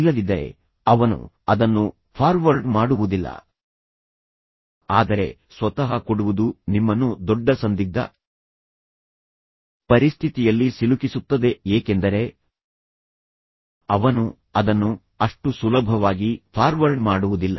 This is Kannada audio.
ಇಲ್ಲದಿದ್ದರೆ ಅವನು ಅದನ್ನು ಫಾರ್ವರ್ಡ್ ಮಾಡುವುದಿಲ್ಲ ಆದರೆ ಸ್ವತಃ ಕೊಡುವುದು ನಿಮ್ಮನ್ನು ದೊಡ್ಡ ಸಂದಿಗ್ಧ ಪರಿಸ್ಥಿತಿಯಲ್ಲಿ ಸಿಲುಕಿಸುತ್ತದೆ ಏಕೆಂದರೆ ಅವನು ಅದನ್ನು ಅಷ್ಟು ಸುಲಭವಾಗಿ ಫಾರ್ವರ್ಡ್ ಮಾಡುವುದಿಲ್ಲ